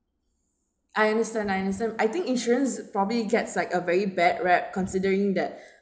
I understand I understand I think insurance probably gets like a very bad rep considering that